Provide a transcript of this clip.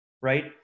right